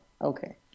okay